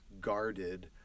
guarded